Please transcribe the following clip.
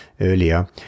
earlier